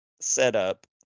setup